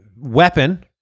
weapon